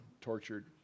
tortured